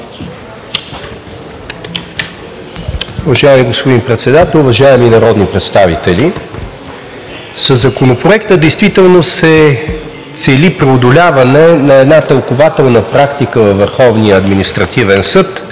Уважаеми господин Председател, уважаеми народни представители! Със Законопроекта действително се цели преодоляване на една тълкувателна практика във